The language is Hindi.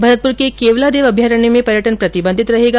भरतपुर के केवलादेव अभयारण्य में भी पर्यटन प्रतिबंधित रहेगा